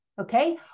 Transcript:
Okay